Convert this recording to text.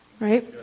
Right